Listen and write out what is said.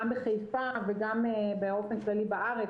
גם בחיפה וגם באופן כללי בארץ,